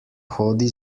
hodi